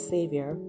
Savior